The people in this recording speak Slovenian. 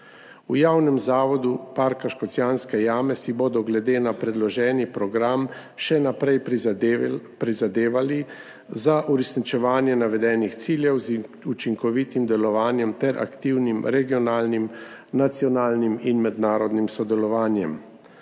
V Javnem zavodu Parka Škocjanske jame si bodo glede na predloženi program še naprej prizadevali za uresničevanje navedenih ciljev z učinkovitim delovanjem ter aktivnim regionalnim, nacionalnim in mednarodnim sodelovanjem.